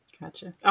Gotcha